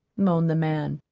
moaned the man,